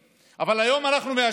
בכם?